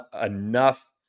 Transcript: enough